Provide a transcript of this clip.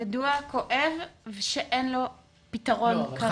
ידוע, כואב ושאין לו פתרון כרגע.